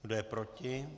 Kdo je proti?